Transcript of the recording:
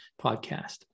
podcast